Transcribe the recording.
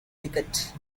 ticket